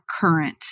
current